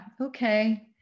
okay